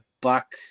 buck